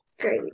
Great